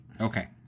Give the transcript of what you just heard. okay